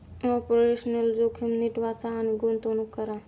operational जोखीम नीट वाचा आणि गुंतवणूक करा